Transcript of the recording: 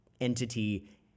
entity